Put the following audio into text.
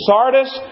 Sardis